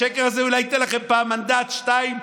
השקר הזה אולי ייתן לכם פעם מנדט, שניים.